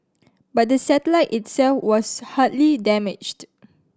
but the satellite itself was hardly damaged